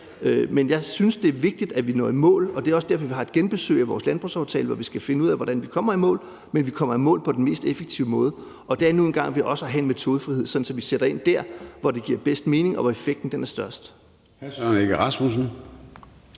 Men jeg synes, det er vigtigt, at vi når i mål. Det er også derfor, vi har et genbesøg af vores landbrugsaftale, hvor vi skal finde ud af, hvordan vi kommer i mål, men kommer i mål på den mest effektive måde, og det er nu engang ved også at have en metodefrihed, sådan at vi sætter ind der, hvor det giver bedst mening, og hvor effekten er størst.